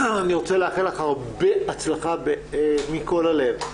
אני רוצה לאחל לך הרבה הצלחה מכל הלב.